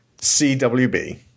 CWB